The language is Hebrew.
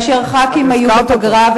כאשר חברי הכנסת היו בפגרה,